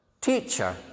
Teacher